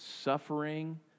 suffering